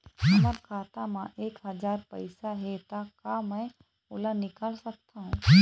हमर खाता मा एक हजार पैसा हे ता का मैं ओला निकाल सकथव?